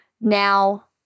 now